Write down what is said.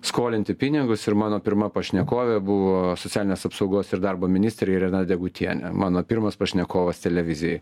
skolinti pinigus ir mano pirma pašnekovė buvo socialinės apsaugos ir darbo ministrė irena degutienė mano pirmas pašnekovas televizijoj